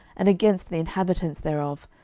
and against the inhabitants thereof,